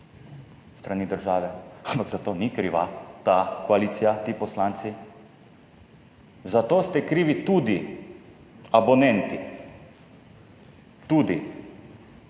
s strani države, ampak za to ni kriva ta koalicija, ti poslanci, za to ste krivi tudi abonenti, tudi,